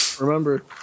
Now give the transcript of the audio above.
Remember